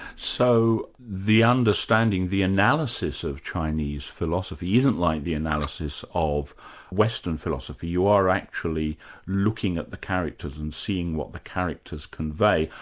so the understanding, the analysis of chinese philosophy isn't like the analysis of western philosophy, you are actually looking at the characters and seeing what the characters convey.